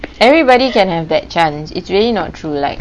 everybody can have that chance it's really not true like